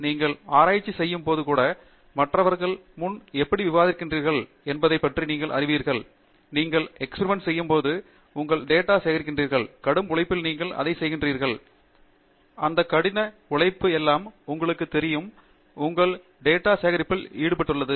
எனவே நீங்கள் ஆராய்ச்சி செய்யும்போது கூட மற்றவர்கள் முன் எப்படி விவாதிக்கிறீர்கள் என்பதைப் பற்றி நீங்கள் அறிவீர்கள் நீங்கள் பரிசோதனைகள் செய்யும்போது நீங்கள் தரவுகளை சேகரிக்கிறீர்கள் ஒரு பொருளில் நீங்கள் அதை செய்கிறீர்கள் கடும்உழைப்பு அந்த கடின உழைப்பு எல்லாம் உங்களுக்குத் தெரியும் தரவு சேகரிப்பில் ஈடுபட்டுள்ளது